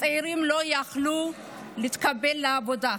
צעירים לא יכלו להתקבל לעבודה.